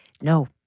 no